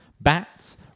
bats